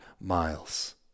miles